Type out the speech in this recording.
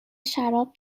شراب